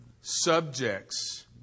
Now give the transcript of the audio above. subjects